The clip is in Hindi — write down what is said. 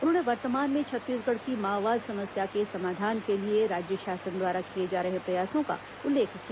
उन्होंने वर्तमान में छत्तीसगढ़ की माओवाद समस्या के समाधान के लिए राज्य शासन द्वारा किए जा रहे प्रयासों का उल्लेख किया